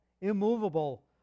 immovable